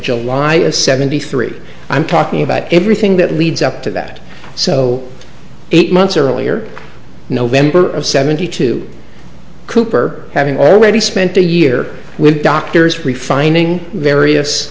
july of seventy three i'm talking about everything that leads up to that so eight months earlier november of seventy two cooper having already spent a year with doctors refining various